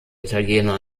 italiener